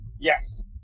Yes